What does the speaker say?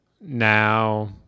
now